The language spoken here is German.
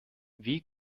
wie